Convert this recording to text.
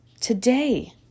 Today